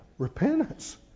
Repentance